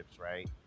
right